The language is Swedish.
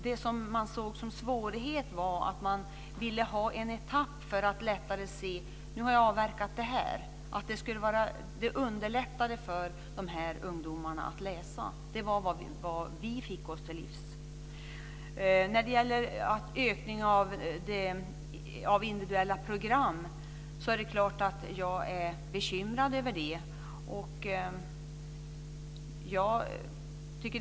Det som man såg som en svårighet var att eleverna ville ha en etapp för att lättare kunna se: Nu har jag avverkat detta. Det underlättade för dessa ungdomar att läsa. Det var vad vi fick oss till livs. Det är klart att jag är bekymrad över ökningen av antalet individuella program.